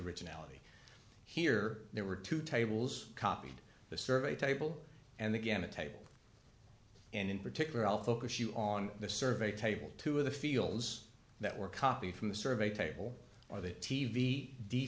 originality here there were two tables copied the survey table and the gamma table and in particular i'll focus you on the survey table two of the fields that were copied from the survey table or the t v